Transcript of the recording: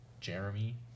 Jeremy